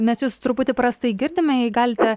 mes jus truputį prastai girdime jei galite